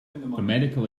medical